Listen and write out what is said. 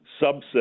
subset